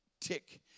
tick